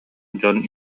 дьон